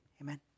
amen